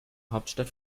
hauptstadt